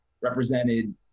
represented